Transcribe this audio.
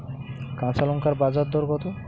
কাঁচা লঙ্কার বাজার দর কত?